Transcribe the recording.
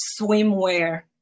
swimwear